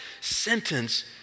sentence